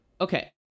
Okay